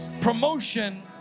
promotion